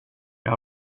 jag